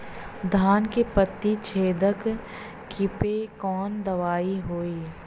धान के पत्ती छेदक कियेपे कवन दवाई होई?